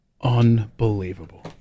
Unbelievable